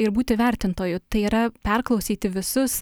ir būti vertintoju tai yra perklausyti visus